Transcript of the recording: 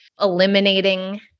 eliminating